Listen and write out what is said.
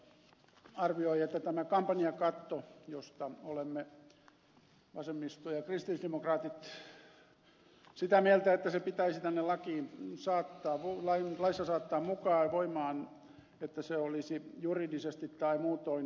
larikka tuossa arvioi että tämä kampanjakatto josta me vasemmisto ja kristillisdemokraatit olemme sitä mieltä että se pitäisi tänne lakiin saattaa mukaan ja voimaan olisi juridisesti tai muutoin hankala